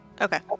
Okay